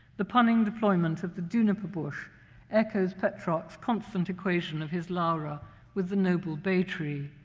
the punning deployment of the juniper bush echoes petrarch's constant equation of his laura with the noble bay tree.